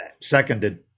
Seconded